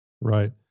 Right